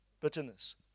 Bitterness